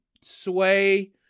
sway